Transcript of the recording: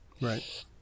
Right